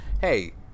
hey